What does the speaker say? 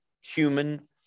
human